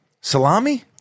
Salami